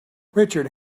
richard